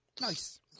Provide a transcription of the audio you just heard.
Nice